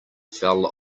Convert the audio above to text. fell